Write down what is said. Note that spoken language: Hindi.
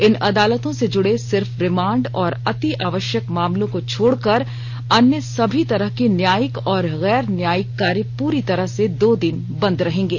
इन अंदालतों से जुड़े सिर्फ रिमांड और अतिआवश्यक मामलों को छोड़कर अन्य सभी तरह के न्यायिक और गैर न्यायिक कार्य पूरी तरह से दो दिन बंद रहेंगे